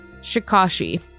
Shikashi